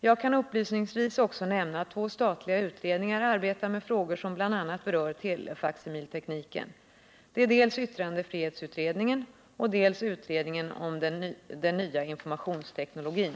Jag kan upplysningsvis också nämna att två statliga utredningar arbetar med frågor som bl.a. berör telefaksimiltekniken. Det är dels yttrandefrihetsutredningen , dels utredningen om den nya informationsteknologin.